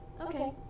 Okay